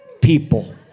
people